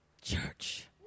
church